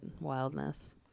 wildness